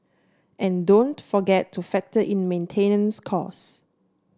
and don't forget to factor in maintenance costs